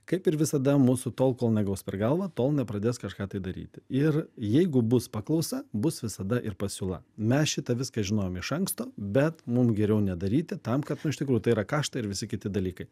kaip ir visada mūsų tol kol negaus per galvą tol nepradės kažką tai daryti ir jeigu bus paklausa bus visada ir pasiūla mes šitą viską žinojom iš anksto bet mum geriau nedaryti tam kad nu iš tikrųjų tai yra kaštai ir visi kiti dalykai